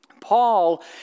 Paul